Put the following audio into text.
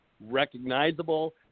recognizable